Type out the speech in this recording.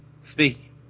Speak